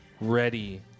ready